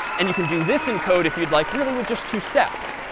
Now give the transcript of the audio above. and you can do this in code if you'd like really with just two steps.